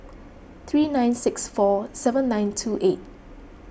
three nine six four seven nine two eight